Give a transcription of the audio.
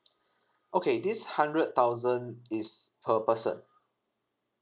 okay this hundred thousand is per person